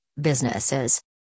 businesses